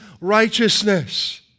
righteousness